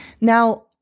Now